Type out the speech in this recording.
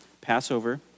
Passover